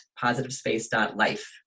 positivespace.life